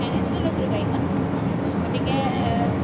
ফাইনেঞ্চতে লৈছিলোঁ গাড়ীখন গতিকে